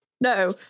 No